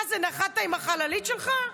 מה זה, נחת עם החללית שלך?